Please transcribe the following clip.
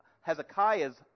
Hezekiah's